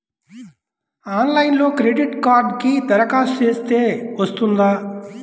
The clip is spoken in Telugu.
ఆన్లైన్లో క్రెడిట్ కార్డ్కి దరఖాస్తు చేస్తే వస్తుందా?